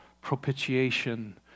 propitiation